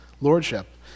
lordship